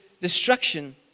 destruction